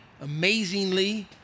Amazingly